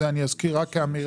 זה אני אזכיר רק כאמירה,